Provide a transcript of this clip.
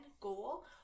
goal